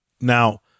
Now